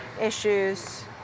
issues